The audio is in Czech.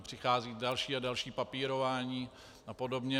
Přichází další a další papírování a podobně.